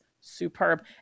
superb